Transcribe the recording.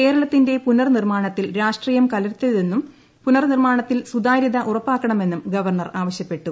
കേരളത്തിന്റെ പുനർനിർമ്മാണത്തിൽ രാഷ്ട്രീയം കലർത്തരുതെന്നും പുനർനിർമ്മാണത്തിൽ സുതാര്യത ഉറപ്പാക്കണമെന്നും ഗവർണർ ആവശ്യപ്പെട്ടു